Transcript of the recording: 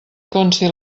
consti